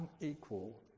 unequal